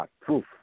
proof